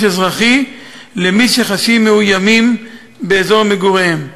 אזרחי למי שחשים מאוימים באזור מגוריהם.